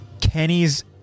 Kenny's